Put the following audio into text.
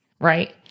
right